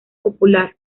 popular